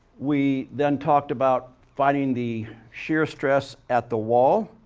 we then talked about finding the shear stress at the wall.